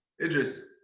Idris